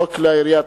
חוק כלי הירייה,